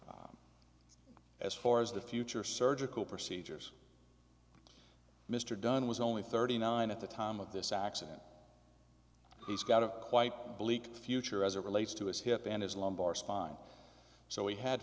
challenge as far as the future surgical procedures mr dunne was only thirty nine at the time of this accident he's got a quite bleak future as it relates to his hip and his lumbar spine so he had